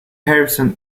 harrison